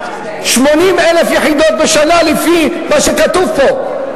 80,000 יחידות בשנה, לפי מה שכתוב פה.